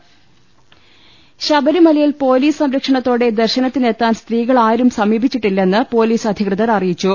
ലലലലലലലലലലലല ശബരിമലയിൽ പൊലീസ് സംരക്ഷണത്തോടെ ദർശനത്തിനെത്താൻ സ്ത്രീകളാരും സമീപിച്ചിട്ടില്ലെന്ന് പൊലീസ് അധികൃതർ അറിയിച്ചു